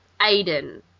Aiden